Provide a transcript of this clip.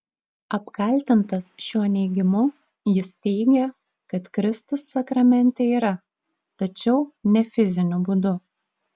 apkaltintas šiuo neigimu jis teigė kad kristus sakramente yra tačiau ne fiziniu būdu